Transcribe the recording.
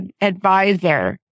advisor